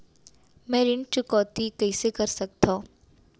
मैं ऋण चुकौती कइसे कर सकथव?